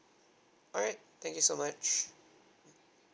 alright thank you so much